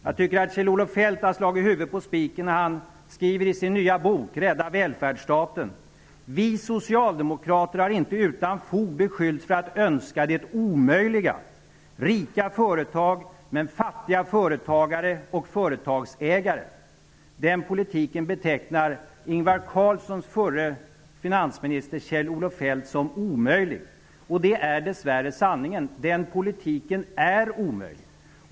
Jag tycker att Kjell-Olof Feldt har slagit huvudet på spiken när han i sin nya bok ''Rädda välfärdsstaten'' skriver: ''Vi socialdemokrater har inte utan fog beskyllts för att önska det omöjliga: rika företag, men fattiga företagare och företagsägare.'' Den politiken betecknar Ingvar Carlssons förre finansminister Kjell-Olof Feldt som omöjlig, och det är dess värre sanningen. Den politiken är omöjlig.